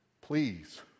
Please